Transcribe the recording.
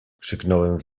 krzyknąłem